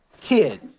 kid